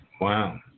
Wow